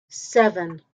seven